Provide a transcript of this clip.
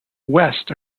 west